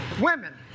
women